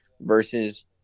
versus